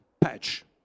patch